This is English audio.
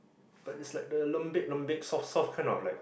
but it's like the lembik soft soft kind of like